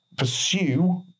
pursue